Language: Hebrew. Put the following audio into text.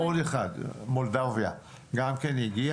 ומולדביה גם כן הגיע